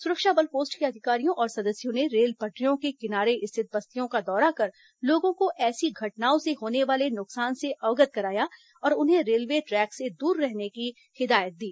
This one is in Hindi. सुरक्षा बल पोस्ट के अधिकारियों और सदस्यों ने रेल पटरियों के किनारे स्थित बस्तियों का दौरा कर लोगों को ऐसी घटनाओं से होने वाले नुकसान से अवगत कराया और उन्हें रेलवे ट्रैक से दूर रहने की हिदायत दी